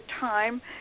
time